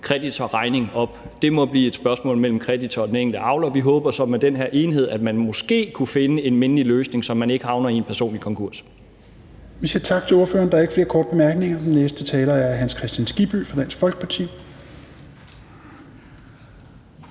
kreditorregning op. Det må blive et spørgsmål mellem kreditoren og den enkelte avler, og vi håber så, at der med den her enhed måske kunne findes en mindelig løsning, så man ikke havner i en personlig konkurs. Kl. 13:56 Tredje næstformand (Rasmus Helveg Petersen): Vi siger tak til ordføreren. Der er ikke flere korte bemærkninger. Den næste taler er hr. Hans Kristian Skibby fra Dansk Folkeparti.